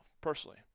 personally